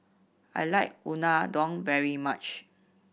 I like Unadon very much